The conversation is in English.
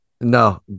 No